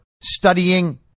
studying